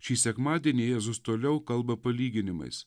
šį sekmadienį jėzus toliau kalba palyginimais